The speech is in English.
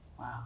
Wow